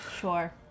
Sure